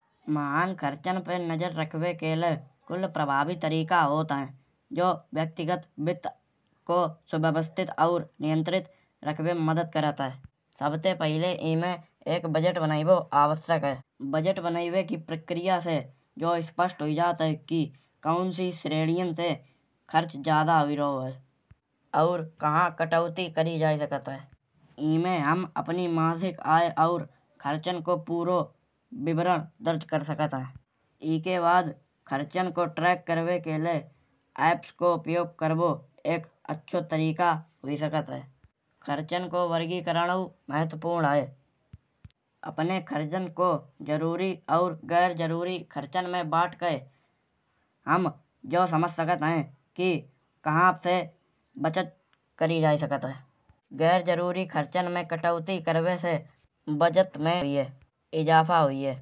महान खचरन पे नजर रखिवे के लाये कुल प्रभावी तरीका होत है। व्यक्तिगत व्यक्ति को सुव्यवस्थित और नियंत्रित रखिवे मा मदद करत है। सबते पहिले ईमे एक बजट बनाइबो आवश्यक है। बजट बनिवे की प्रक्रिया सैजऊ स्पष्ट हुयी जात है। कि कौन सी श्रेणियाँ से खर्च ज्यादा हुयी रहो हाय। और कहाँ कटौती करी जायी सकत है। ईमे हम अपनी मासिक आय और खर्चन को पूरा विवरण दर्ज कर सकत है। ईके बाद खर्चन को ट्रैक करिवे के लाये ऐप्स को उपयोग करिवी एक अच्छा तरीका हुयी सकत है। खर्चन को वर्गीकरण महत्त्वपूर्ण है। अपने खर्चन को जरूरी और गैर जरूरी खर्चन में बाँट केईं हम जौ समझ सकत है। कि कहाँ से बचत करी जायी सकत है। गैर जरूरी खर्चन में कटौती करिवे से बचत में इज़ाफ़ा हुये।